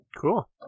Cool